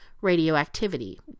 radioactivity